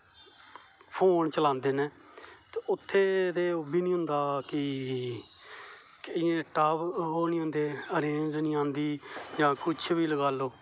phone चलांदे ना उत्थै ते ओह् बी नेईं होंदा कि केंइयें टावर रेंज नेईं आंदी जां कुछ बी लगा लो